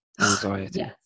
anxiety